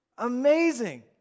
amazing